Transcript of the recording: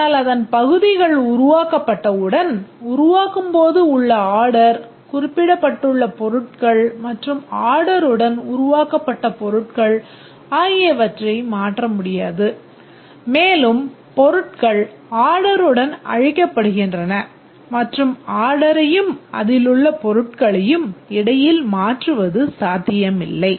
ஆனால் அதன் பகுதிகள் உருவாக்கப்பட்டவுடன் உருவாக்கும் போது உள்ள ஆர்டர் குறிப்பிடப்பட்டுள்ள பொருட்கள் மற்றும் ஆர்டருடன் உருவாக்கப்பட்ட பொருட்கள் ஆகியவற்றை மாற்ற முடியாது மேலும் பொருட்கள் ஆர்டருடன் அழிக்கப்படுகின்றன மற்றும் ஆர்டரையும் அதிலுள்ள பொருட்களையும் இடையில் மாற்றுவது சாத்தியமில்லை